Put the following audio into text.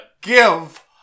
give